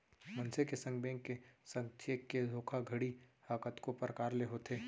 मनसे के संग, बेंक के संग चेक के धोखाघड़ी ह कतको परकार ले होथे